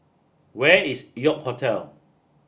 where is York Hotel